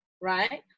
right